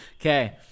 Okay